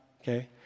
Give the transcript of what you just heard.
okay